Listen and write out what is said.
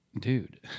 dude